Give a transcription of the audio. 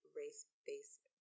race-based